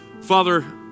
father